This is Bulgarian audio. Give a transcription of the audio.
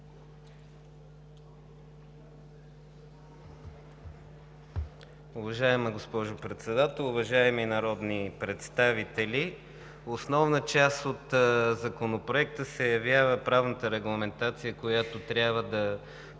Уважаема госпожо Председател, уважаеми народни представители! Основна част от Законопроекта се явява правната регламентация, която трябва да приемем